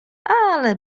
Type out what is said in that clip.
ale